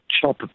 chop